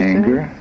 anger